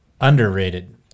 Underrated